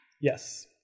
Yes